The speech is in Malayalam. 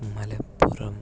മലപ്പുറം